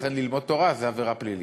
לכן ללמוד תורה זה עבירה פלילית.